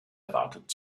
erwartet